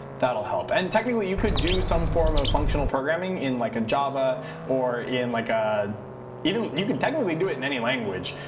that'll help. and technically, you could do some form of functional programming in like a java or in like even you could technically do it in any language.